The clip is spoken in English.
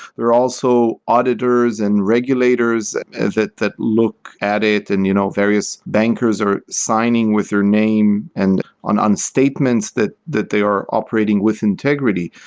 there are also auditors and regulators that that look at it and all you know various bankers are signing with their name and on on statements that that they are operating with integrity.